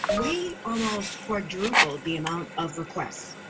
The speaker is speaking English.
we almost quadrupled the amount of requests.